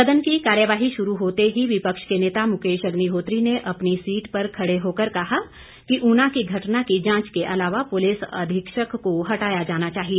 सदन की कार्यवाही शुरू होते ही विपक्ष के नेता मुकेश अग्निहोत्री ने अपनी सीट पर खड़े होकर कहा कि ऊना की घटना की जांच के अलावा पुलिस अधीक्षक को हटाया जाना चाहिए